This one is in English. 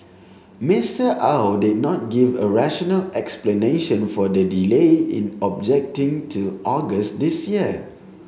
Mister Au did not give a rational explanation for the delay in objecting till August this year